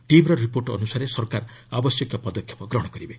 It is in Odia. ଟିମ୍ ରିପୋର୍ଟ ଅନୁସାରେ ସରକାର ଆବଶ୍ୟକୀୟ ପଦକ୍ଷେପ ଗ୍ରହଣ କରିବେ